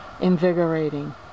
invigorating